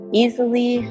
easily